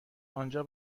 آنجا